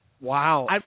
Wow